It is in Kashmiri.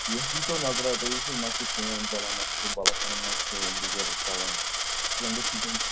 یِتھ دِیٖتو نَظرا تُہۍ وُچھِو نہَ چھِ فین چَلان نہَ چھِ کُنہِ بَلَب چَلان نہَ چھِ کُنہِ اِنڈِکیٹَر چَلان فینٕچ فِٹِنٛگ